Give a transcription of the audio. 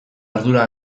ardura